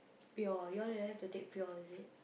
pure you all didn't have to take pure is it